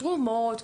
תרומות,